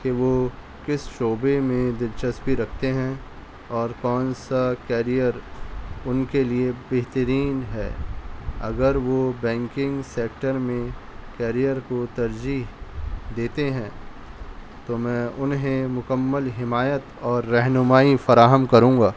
کہ وہ کس شعبے میں دلچسپی رکھتے ہیں اور کون سا کیرئر ان کے لیے بہترین ہے اگر وہ بینکنگ سیکٹر میں کیرئر کو ترجیح دیتے ہیں تو میں انہیں مکمل حمایت اور رہنمائی فراہم کروں گا